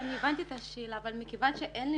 אני הבנתי את השאלה אבל מכוון שאין לי